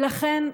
ולכן,